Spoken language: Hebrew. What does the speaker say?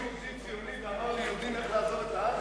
לא עמד מנהיג יהודי ציוני ואמר ליהודים איך לעזוב את הארץ.